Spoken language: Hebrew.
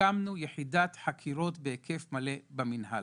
והקמנו יחידת חקירות בהיקף מלא במינהל.